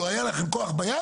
לו היה לכם כוח ביד,